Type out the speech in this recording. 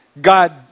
God